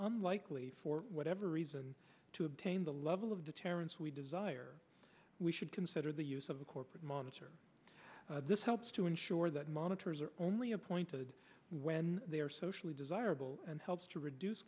unlikely for whatever reason to obtain the level of deterrence we desire we should consider the use of a corporate monitor this helps to ensure that monitors are only appointed when they are socially desirable and helps to reduce